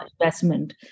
investment